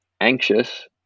anxious